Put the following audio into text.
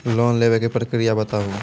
Loan लेवे के प्रक्रिया बताहू?